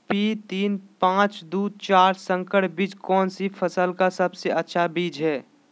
P तीन पांच दू चार संकर बीज कौन सी फसल का सबसे अच्छी बीज है?